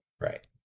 Right